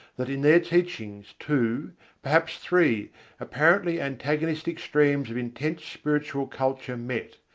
that in their teachings, two perhaps three apparently antagonistic streams of intense spiritual culture met,